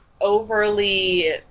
overly